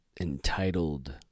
entitled